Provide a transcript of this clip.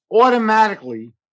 automatically